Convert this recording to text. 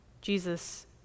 Jesus